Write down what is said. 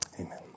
Amen